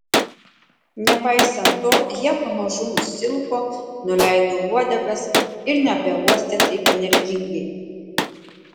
nepaisant to jie pamažu nusilpo nuleido uodegas ir nebeuostė taip energingai